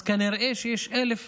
אז כנראה שיש 1,000